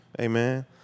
amen